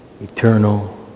eternal